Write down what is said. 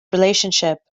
relationship